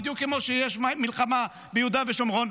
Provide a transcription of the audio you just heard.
בדיוק כמו שיש מלחמה ביהודה ושומרון.